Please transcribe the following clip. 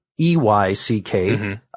E-Y-C-K